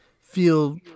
feel